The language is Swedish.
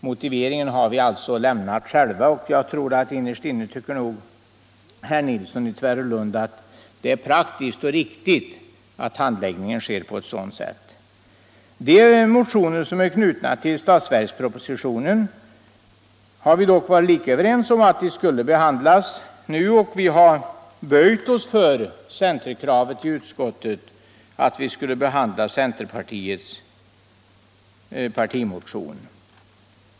Motiveringen har vi alltså lämnat själva, och jag tror att innerst inne tycker herr Nilsson i Tvärålund att det är praktiskt och riktigt att handläggningen sker på ett sådant sätt. De motioner som är knutna till statsverkspropositionen har vi dock varit lika överens om att behandla nu, och vi har böjt oss för centerkravet i utskottet att vi skulle behandla centerns partimotion.